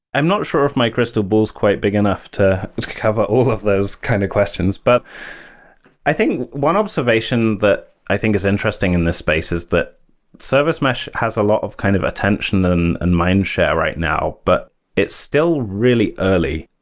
i'm not sure of my crystal ball is quite big enough to have ah all of those kind of questions. but i think one observation that i think is interesting in this space is that service mesh has a lot of kind of attention and and mindshare now, but it's still really early.